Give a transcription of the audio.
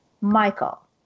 Michael